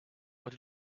what